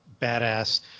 badass